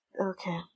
Okay